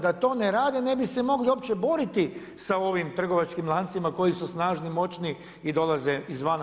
Da to ne rade ne bi se mogli uopće boriti sa ovim trgovačkim lancima koji su snažni, moćni i dolaze izvana.